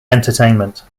entertainment